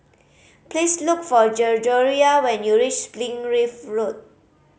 please look for Gregoria when you reach Springleaf Road